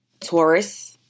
Taurus